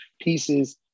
pieces